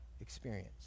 experience